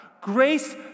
Grace